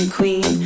Queen